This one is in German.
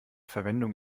verwendung